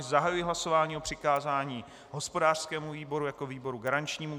Zahajuji hlasování o přikázání hospodářskému výboru jako výboru garančnímu.